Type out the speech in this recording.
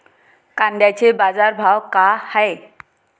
कांद्याचे बाजार भाव का हाये?